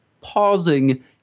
pausing